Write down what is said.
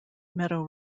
meadow